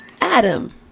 Adam